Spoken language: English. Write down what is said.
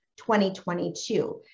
2022